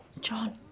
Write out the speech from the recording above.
John